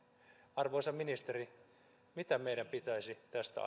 arvoisa ministeri mitä meidän pitäisi tästä